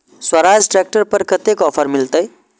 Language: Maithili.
स्वराज ट्रैक्टर पर कतेक ऑफर मिलते?